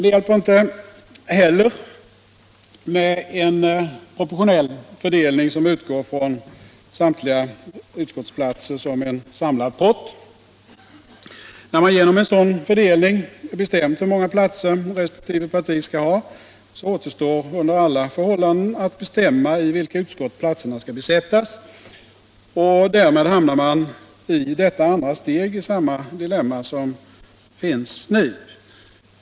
Det hjälper inte heller med en proportionell fördelning, som utgår från samtliga utskottsplatser som en samlad pott. När man genom en sådan fördelning bestämt hur många platser respektive parti skall ha återstår under alla förhållanden att bestämma i vilka utskott platserna skall besättas, och därmed hamnar man i det andra steget i samma dilemma som vi nu befinner oss i.